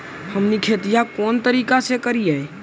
हमनी खेतीया कोन तरीका से करीय?